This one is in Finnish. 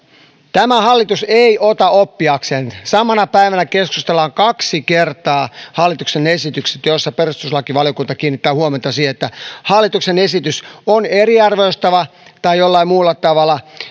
tämä hallitus ei ota oppiakseen samana päivänä keskustellaan kaksi kertaa hallituksen esityksestä jossa perustuslakivaliokunta kiinnittää huomiota siihen että hallituksen esitys on eriarvoistava tai jollain muulla tavalla